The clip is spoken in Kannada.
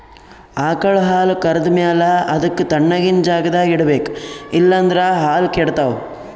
ಆಕಳ್ ಹಾಲ್ ಕರ್ದ್ ಮ್ಯಾಲ ಅದಕ್ಕ್ ತಣ್ಣಗಿನ್ ಜಾಗ್ದಾಗ್ ಇಡ್ಬೇಕ್ ಇಲ್ಲಂದ್ರ ಹಾಲ್ ಕೆಡ್ತಾವ್